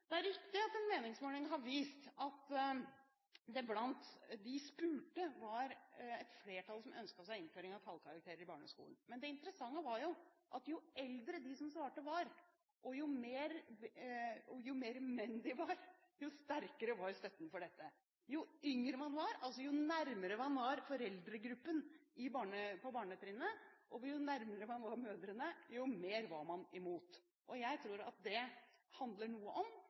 Det er riktig at en meningsmåling har vist at det blant de spurte var et flertall som ønsket seg innføring av tallkarakterer i barneskolen. Men det interessante var at jo eldre de som svarte, var, og jo «mer menn» de var, jo sterkere var støtten for dette. Jo yngre man var, altså jo nærmere man var foreldregruppen på barnetrinnet, og jo nærmere man var mødrene, jo mer var man imot. Jeg tror at det handler noe om